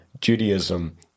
Judaism